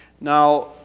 Now